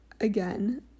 again